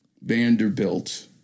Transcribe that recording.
Vanderbilt